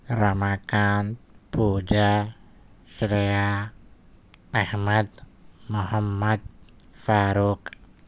Ramakant Pooja Shreya Ahmed Mohammed Farooq